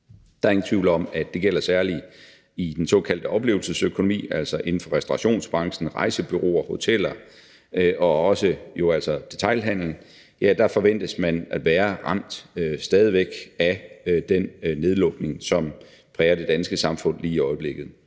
Der er ingen tvivl om, at det særligt gælder i den såkaldte oplevelsesøkonomi, altså inden for restaurationsbranchen, rejsebranchen, hotelbranchen og jo altså også detailhandelen, at der forventes man at være ramt stadig væk af den nedlukning, som præger det danske samfund lige i øjeblikket.